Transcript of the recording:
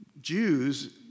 Jews